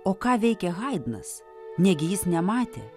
o ką veikė haidnas negi jis nematė